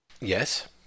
Yes